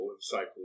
cycle